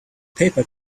paper